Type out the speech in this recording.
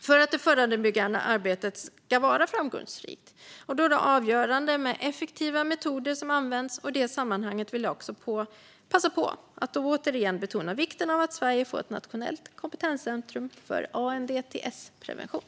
För att det förebyggande arbetet ska vara framgångsrikt är det avgörande att det är evidensbaserade metoder som används. I sammanhanget vill jag därför passa på att återigen betona vikten av att Sverige får ett nationellt kompetenscentrum för ANDTS-prevention.